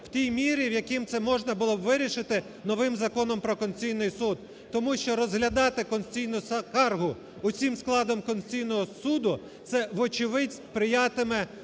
в тій мірі, в яким це можна було б вирішити новим Законом про Конституційний Суд. Тому що розглядати конституційну скаргу усім складом Конституційного Суду це вочевидь сприятиме